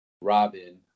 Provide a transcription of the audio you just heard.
Robin